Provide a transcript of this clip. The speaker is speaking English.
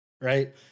right